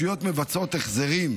שנגבה מאזרחים כלחוב המגיע להם.